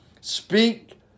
Speak